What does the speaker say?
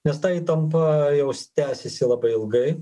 nes ta įtampa jau tęsiasi labai ilgai